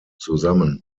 zusammen